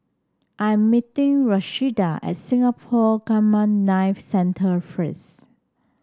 I am meeting Rashida at Singapore Gamma Knife Centre first